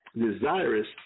desirous